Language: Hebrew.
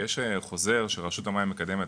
שיש חוזר שרשות המים מקדמת,